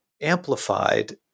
amplified